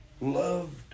loved